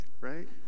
right